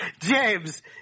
james